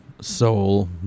Soul